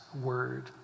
word